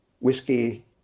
whiskey